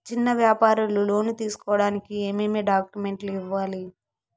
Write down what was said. చిన్న వ్యాపారులు లోను తీసుకోడానికి ఏమేమి డాక్యుమెంట్లు ఇవ్వాలి?